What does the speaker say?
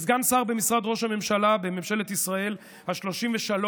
כסגן שר במשרד ראש הממשלה בממשלת ישראל השלושים-ושלוש,